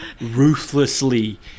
ruthlessly